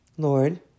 Lord